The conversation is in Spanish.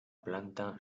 planta